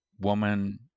woman